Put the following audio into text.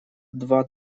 два